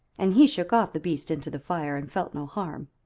and he shook off the beast into the fire, and felt no harm.